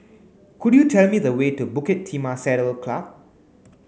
could you tell me the way to Bukit Timah Saddle Club